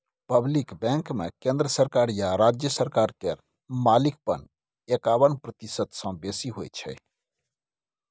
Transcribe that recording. public बैंकमे केंद्र सरकार या राज्य सरकार केर मालिकपन एकाबन प्रतिशत सँ बेसी होइ छै